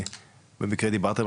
מרתק,